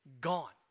gone